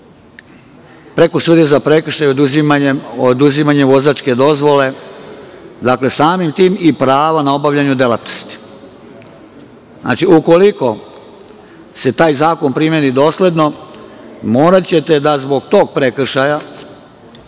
preko sudije za prekršaje oduzimanjem vozačke dozvole, dakle samim tim i prava na obavljanje delatnosti. Znači, ukoliko se taj zakon primeni dosledno moraćete da zbog tog prekršaja,